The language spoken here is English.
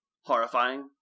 horrifying